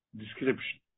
description